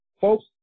Folks